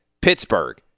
Pittsburgh